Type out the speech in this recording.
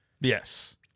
yes